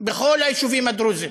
בכל היישובים הדרוזיים